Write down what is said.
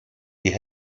die